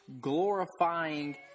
glorifying